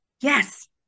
Yes